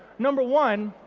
number one,